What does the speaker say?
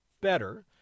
better